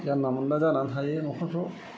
जानला मोनला जानानै थायो न'खरफ्राव